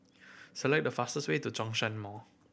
select the fastest way to Zhongshan Mall